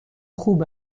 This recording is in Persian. خوب